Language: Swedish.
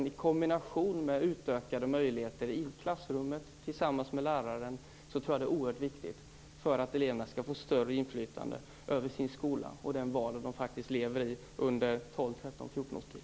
I kombination med utökade möjligheter till påverkan i klassrummet tillsammans med läraren är detta något oerhört viktigt för att eleverna skall få större inflytande över sin skola och den vardag de lever i under 12-14 års tid.